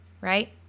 right